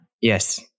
Yes